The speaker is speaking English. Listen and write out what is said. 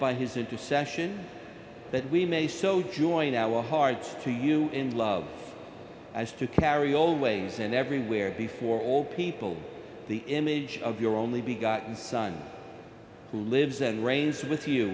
by his intercession that we may so join our hearts to you in love as to carry always and everywhere be for all people the image of your only be gotten son who lives and reigns with you